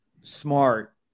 smart